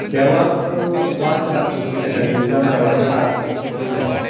देवाक वात दाखोवचें पयलें त्या दिवजान देवाची आरती करचे पयलें